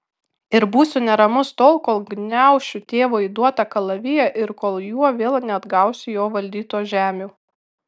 ir būsiu neramus tol kol gniaušiu tėvo įduotą kalaviją ir kol juo vėl neatgausiu jo valdytų žemių